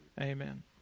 amen